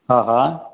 हा हा